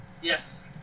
Yes